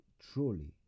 truly